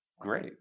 Great